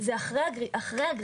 זה אחרי הגרירה.